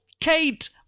Kate